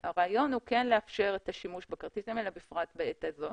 הרעיון הוא כן לאפשר את השימוש בכרטיסים האלה בפרט בעת הזו.